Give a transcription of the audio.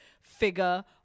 figure